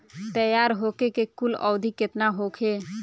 तैयार होखे के कुल अवधि केतना होखे?